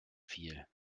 viel